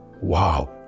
Wow